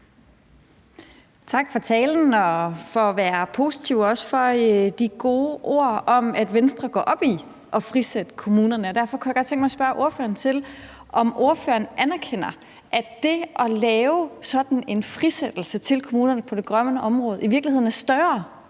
Tak for talen og for at være positiv. Også tak for de gode ord om, at Venstre går op i at frisætte kommunerne. Derfor kunne godt tænke mig at spørge ordføreren, om ordføreren anerkender, at det at lave sådan en frisættelse af kommunerne på det grønne område i virkeligheden indebærer